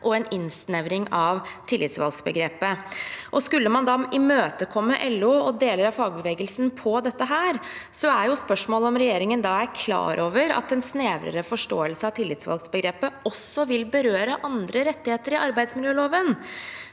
og en innsnevring av tillitsvalgtbegrepet. Skulle man da imøtekomme LO og deler av fagbevegelsen på dette, er spørsmålet om regjeringen er klar over at en snevrere forståelse av tillitsvalgtbegrepet også vil berøre andre rettigheter i arbeidsmiljøloven.